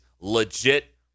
legit